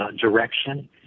direction